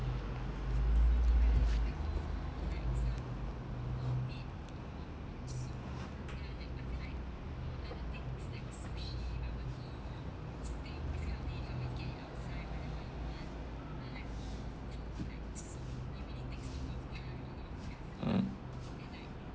mm